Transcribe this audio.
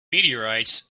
meteorites